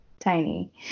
Tiny